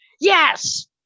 Yes